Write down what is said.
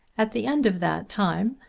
at the end of that time,